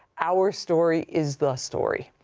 our story is the story.